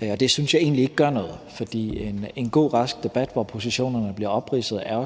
Det synes jeg egentlig ikke gør noget, for en god, rask debat, hvor positionerne bliver opridset, er